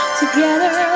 together